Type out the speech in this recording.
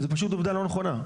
זו פשוט עובדה לא נכונה.